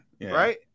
right